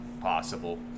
possible